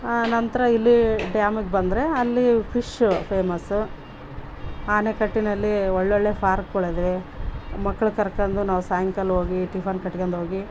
ಆ ನಂತರ ಇಲ್ಲಿ ಡ್ಯಾಮಿಗೆ ಬಂದರೆ ಅಲ್ಲಿ ಫಿಶ್ಶು ಫೇಮಸ್ ಅಣೆಕಟ್ಟಿನಲ್ಲಿ ಒಳ್ಳೊಳ್ಳೆಯ ಫಾರ್ಕ್ಗಳದೆ ಮಕ್ಳು ಕರ್ಕಂದು ನಾವು ಸಾಯಂಕಾಲ ಹೋಗಿ ಟಿಫನ್ ಕಟ್ಕಂದ್ ಹೋಗಿ